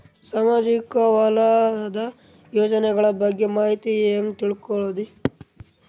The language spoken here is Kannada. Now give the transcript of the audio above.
ಸಾಮಾಜಿಕ ವಲಯದ ಯೋಜನೆಗಳ ಬಗ್ಗೆ ಮಾಹಿತಿ ಹ್ಯಾಂಗ ತಿಳ್ಕೊಳ್ಳುದು?